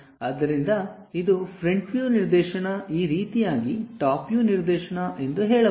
ಆದ್ದರಿಂದ ಇದು front view ನಿರ್ದೇಶನ ಈ ರೀತಿಯಾಗಿ ಟಾಪ್ ವ್ಯೂ ನಿರ್ದೇಶನ ಎಂದು ಹೇಳಬಹುದು